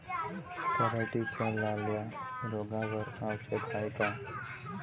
पराटीच्या लाल्या रोगावर औषध हाये का?